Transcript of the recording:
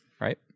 right